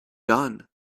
done